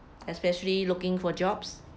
especially looking for jobs